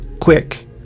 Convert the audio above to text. Quick